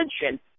attention